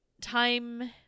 time